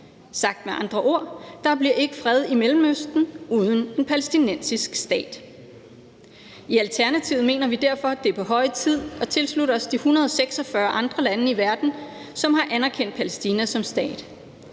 Med andre ord bliver der ikke fred i Mellemøsten uden en palæstinensisk stat. I Alternativet mener vi derfor, at det er på høje tid at tilslutte os de 146 andre lande i verden, som har anerkendt Palæstina som stat